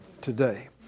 today